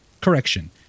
Correction